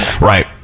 right